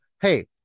Hey